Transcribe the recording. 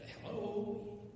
hello